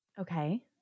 Okay